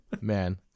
man